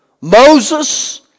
Moses